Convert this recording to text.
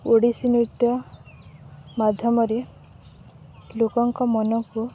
ଓଡ଼ିଶୀ ନୃତ୍ୟ ମାଧ୍ୟମରେ ଲୋକଙ୍କ ମନକୁ